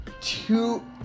two